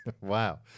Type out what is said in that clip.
Wow